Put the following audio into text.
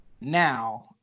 Now